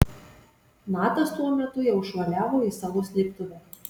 matas tuo metu jau šuoliavo į savo slėptuvę